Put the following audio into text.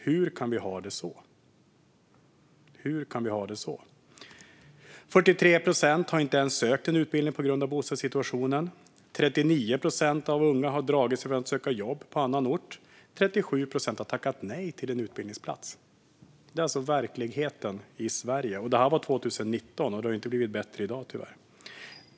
Hur kan vi ha det så?" "42 procent har inte sökt en utbildning på grund av bostadssituationen, 39 procent har dragit sig från att söka jobb på annan ort, och 37 procent har tackat nej till en utbildningsplats." Det är verkligheten i Sverige. Det här var 2019, och det har tyvärr inte blivit bättre i dag.